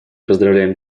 поздравляем